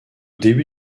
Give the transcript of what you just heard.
début